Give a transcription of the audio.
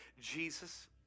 Jesus